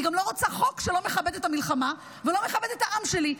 אני גם לא רוצה חוק שלא מכבד את המלחמה וגם לא מכבד את העם שלי.